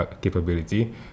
capability